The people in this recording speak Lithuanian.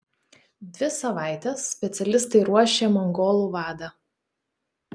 dvi savaites specialistai ruošė mongolų vadą